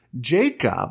Jacob